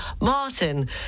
Martin